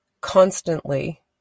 constantly